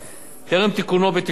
טרם תיקונו בתיקון מס'